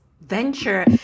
venture